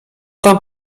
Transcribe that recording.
tam